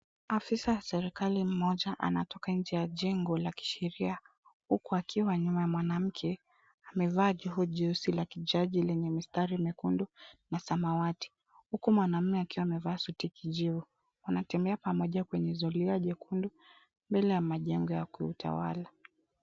Afisa wa serikali mmoja anatoka nje ya jengo la kisheria huku akiwa nyuma ya mwanamke amevaa joho jeusi la kijaji lenye mistari myekundu na samawati huku mwanaume akiwa amevaa suti ya kijivu. Wanatembea pamoja kwenye zulia lekundu mbele ya majengo kuu ya utawala.